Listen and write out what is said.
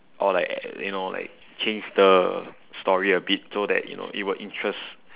or like you know like change the story a bit so that you know it will interest